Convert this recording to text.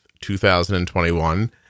2021